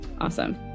Awesome